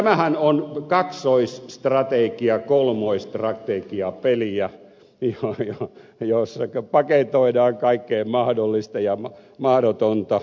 tämähän on kaksoisstrategia kolmoisstrategiapeliä jossa paketoidaan kaikkea mahdollista ja mahdotonta